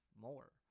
more